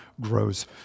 grows